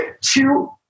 two